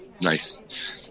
Nice